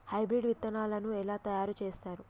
Hybrid విత్తనాలను ఎలా తయారు చేస్తారు?